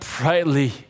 brightly